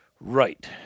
right